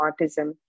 autism